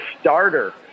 starter